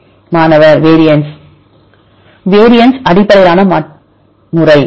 மாணவர் variance variance அடிப்படையிலான முறை மற்றும்